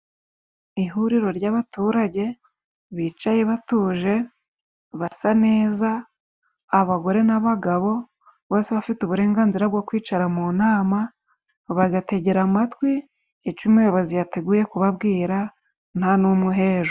Ihuriro ry'abaturage bicaye batuje basa neza abagore n'abagabo, bose bafite uburenganzira bwo kwicara mu nama ,bagategera amatwi ico umuyobozi yateguye kubabwira nta n'umwe uhejwe.